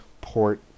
port